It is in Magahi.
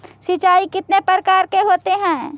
सिंचाई कितने प्रकार के होते हैं?